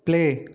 play